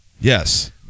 Yes